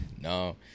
No